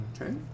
Okay